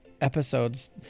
episodes